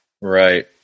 right